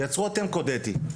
תייצרו קוד אתי בעצמכם,